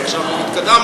אז עכשיו אנחנו התקדמנו.